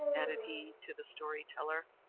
added he to the story-teller,